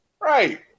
Right